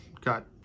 got